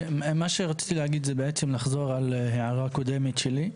מה שרציתי להגיד זה בעצם לחזור על הערה קודמת שלי.